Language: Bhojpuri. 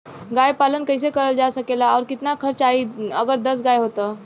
गाय पालन कइसे करल जा सकेला और कितना खर्च आई अगर दस गाय हो त?